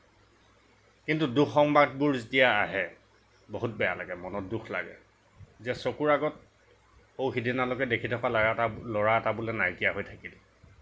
কিন্তু দুঃসংবাদবোৰ যেতিয়া আহে বহুত বেয়া লাগে মনত দুখ লাগে যে চকুৰ আগত সৌ সিদিনালৈকে দেখি থকা লৰা এটা বোলে নাইকিয়া হৈ গ'ল